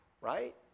right